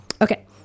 Okay